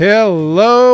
Hello